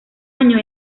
año